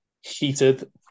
heated